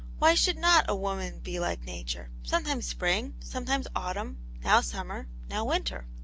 why should not a woman be like nature, sometimes spring, sometimes autumn now summer, now winter.